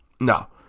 No